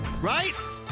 Right